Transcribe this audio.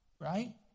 right